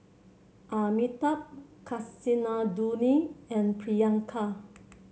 Amitabh Kasinadhuni and Priyanka